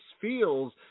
feels